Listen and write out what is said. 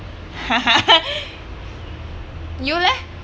you leh